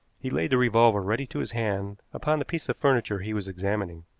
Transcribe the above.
he laid the revolver ready to his hand upon the piece of furniture he was examining.